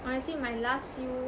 honestly my last few